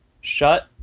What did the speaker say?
Shut